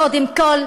קודם כול,